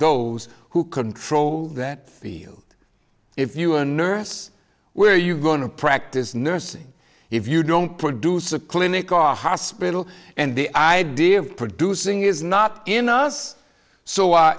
those who control that field if you are a nurse where you going to practice nursing if you don't produce a clinic or hospital and the idea of producing is not in us so